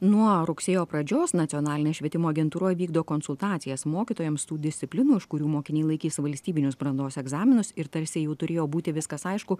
nuo rugsėjo pradžios nacionalinė švietimo agentūra vykdo konsultacijas mokytojams tų disciplinų iš kurių mokiniai laikys valstybinius brandos egzaminus ir tarsi jau turėjo būti viskas aišku